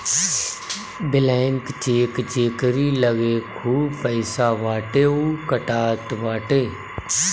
blank cheque जेकरी लगे खूब पईसा बाटे उ कटात बाटे